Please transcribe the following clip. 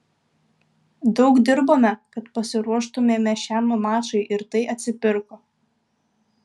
daug dirbome kad pasiruoštumėme šiam mačui ir tai atsipirko